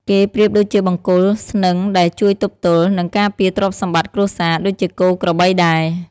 គេប្រៀបដូចជាបង្គោលស្នឹងដែលជួយទប់ទល់ និងការពារទ្រព្យសម្បត្តិគ្រួសារ ដូចជាគោក្របីដែរ។